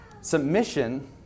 Submission